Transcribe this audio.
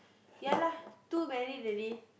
ya lah two married already